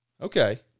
Okay